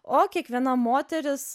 o kiekviena moteris